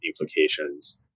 implications